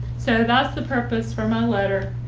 so that's the purpose for my letter.